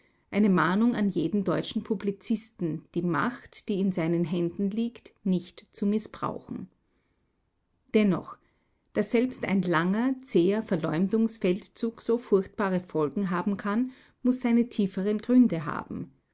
eine mahnung an jeden deutschen publizisten die macht die in seinen händen liegt nicht zu mißbrauchen dennoch daß selbst ein langer zäher verleumdungsfeldzug so furchtbare folgen haben kann muß seine tieferen gründe haben